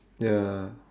ya